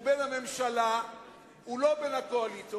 הוא אמור להיות בין הממשלה לחבר הכנסת,